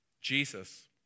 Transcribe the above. Jesus